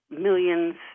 millions